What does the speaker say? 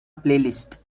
playlist